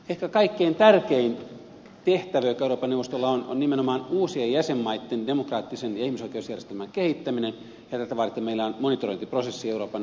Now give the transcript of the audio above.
ehkä kaikkein tärkein tehtävä joka euroopan neuvostolla on on nimenomaan uusien jäsenmaitten demokraattisen ja ihmisoikeusjärjestelmän kehittäminen ja tätä varten meillä on monitorointiprosessi euroopan neuvostossa